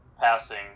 passing